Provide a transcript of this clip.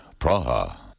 Praha